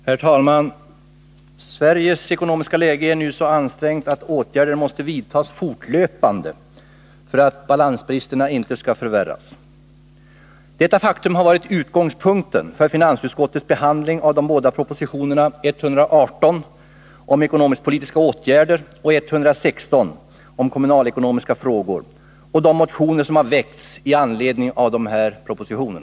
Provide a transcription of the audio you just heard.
Herr talman! Sveriges ekonomiska läge är nu så ansträngt att åtgärder måste vidtas fortlöpande för att balansbristerna inte skall förvärras. Detta faktum har varit utgångspunkten för finansutskottets behandling av de båda propositionerna 118 om ekonomisk-politiska åtgärder och 116 om kommunalekonomiska frågor samt de motioner som väckts med anledning av dessa båda propositioner.